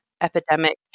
epidemic